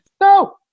No